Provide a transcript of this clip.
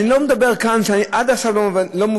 אני לא מדבר כאן על דבר שעד עכשיו לא מובן,